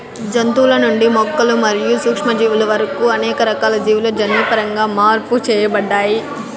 జంతువుల నుండి మొక్కలు మరియు సూక్ష్మజీవుల వరకు అనేక రకాల జీవులు జన్యుపరంగా మార్పు చేయబడ్డాయి